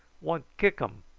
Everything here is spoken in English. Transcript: want kick um.